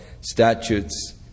statutes